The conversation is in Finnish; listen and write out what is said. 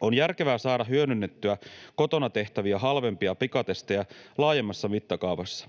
On järkevää saada hyödynnettyä kotona tehtäviä, halvempia pikatestejä laajemmassa mittakaavassa.